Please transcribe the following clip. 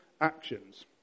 actions